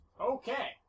Okay